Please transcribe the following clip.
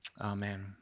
amen